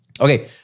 Okay